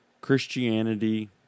Christianity